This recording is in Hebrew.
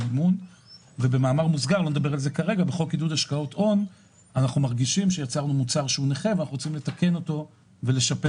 בחוק עידוד השקעות הון יצרנו מוצר נכון שאנחנו רוצים לתקן ולשפר